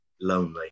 lonely